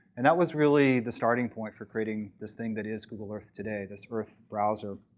and that was really the starting point for creating this thing that is google earth today, this earth browser.